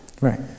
Right